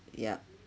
yup